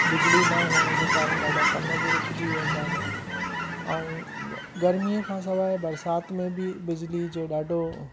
बिजली न हुअण जे कारण ॾाढा कम बि रुकिजी वेंदा आहिनि ऐं गर्मीअ खां सवाइ बरसाति में बि बिजली जो ॾाढो